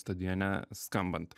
stadione skambant